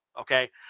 Okay